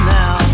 now